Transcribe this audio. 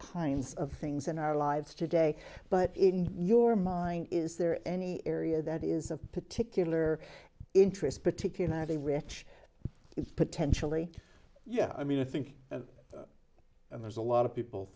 kinds of things in our lives today but in your mind is there any area that is of particular interest particularly rich potentially yeah i mean i think that there's a lot of people